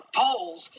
polls